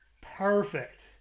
Perfect